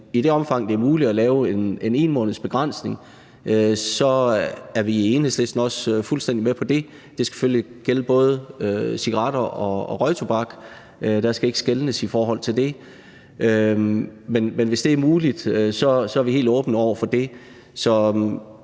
i det omfang, det er muligt at lave en 1-månedsbegrænsning, er vi i Enhedslisten også fuldstændig med på det. Det skal selvfølgelig gælde både cigaretter og røgtobak – der skal ikke skelnes mellem det ene og det andet. Men hvis det er muligt, er vi helt åbne over for det.